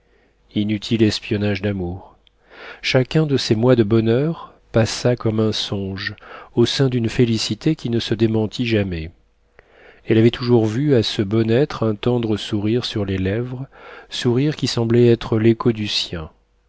inutile espionnage d'amour chacun de ces mois de bonheur passa comme un songe au sein d'une félicité qui ne se démentit jamais elle avait toujours vu à ce bon être un tendre sourire sur les lèvres sourire qui semblait être l'écho du sien